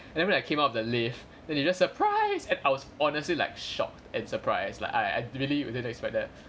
and then when I came out of the lift and they just surprised at I was honestly like shocked and surprised like I I really really didn't expect that